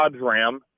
Ram